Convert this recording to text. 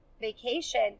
vacation